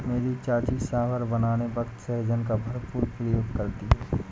मेरी चाची सांभर बनाने वक्त सहजन का भरपूर प्रयोग करती है